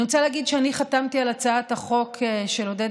אני רוצה להגיד שאני חתמתי על הצעת החוק של עודד